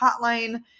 Hotline